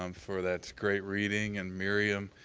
um for that great reading, and miriam,